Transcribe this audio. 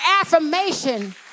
affirmation